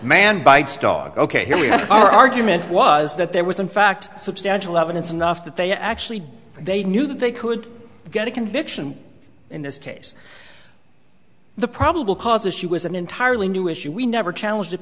man bites dog ok here we are argument was that there was in fact substantial evidence enough that they actually they knew that they could get a conviction in this case the probable cause if she was an entirely new issue we never challenged it